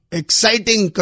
exciting